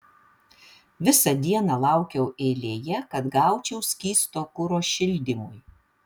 visą dieną laukiau eilėje kad gaučiau skysto kuro šildymui